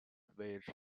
which